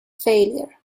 failure